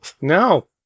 No